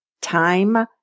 Time